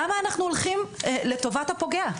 למה אנחנו הולכים לטובת הפוגע?